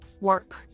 Work